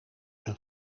een